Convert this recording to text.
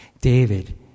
David